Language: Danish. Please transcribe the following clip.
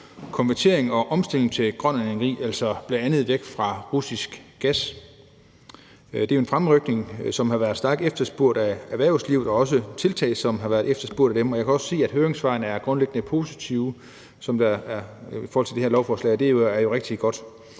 konvertering og omstilling til grøn energi – altså bl.a. væk fra russisk gas. Det er jo en fremrykning, som har været stærkt efterspurgt af erhvervslivet, og også tiltag, som har været efterspurgt af dem. Jeg kan også se, at høringssvarene til det her lovforslag er grundlæggende positive, og det er jo rigtig godt.